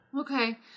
Okay